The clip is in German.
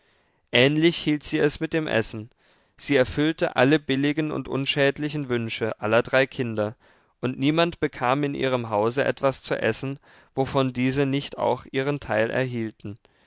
ähnlich hielt sie es mit dem essen sie erfüllte alle billigen und unschädlichen wünsche aller drei kinder und niemand bekam in ihrem hause etwas zu essen wovon diese nicht auch ihren teil erhielten